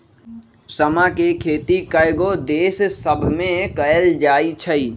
समा के खेती कयगो देश सभमें कएल जाइ छइ